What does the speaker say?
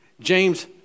James